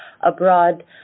abroad